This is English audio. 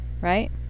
right